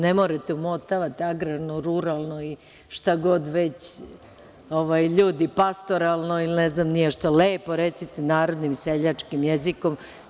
Ne morate da umotavate, agrarno, ruralno i šta god već, ljudi, pastoralno, ili ne znam ni ja šta, lepo recite – narodnim seljačkim jezikom.